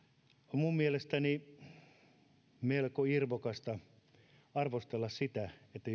minun mielestäni on melko irvokasta arvostella sitä että